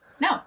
No